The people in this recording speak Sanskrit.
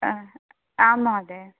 आं महोदय